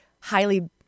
highly